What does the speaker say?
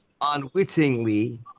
unwittingly